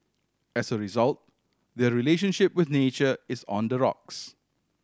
as a result their relationship with nature is on the rocks